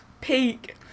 Peak